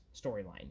storyline